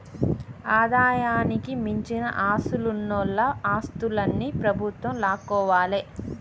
ఆదాయానికి మించిన ఆస్తులున్నోల ఆస్తుల్ని ప్రభుత్వం లాక్కోవాలే